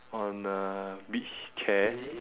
on a beach chair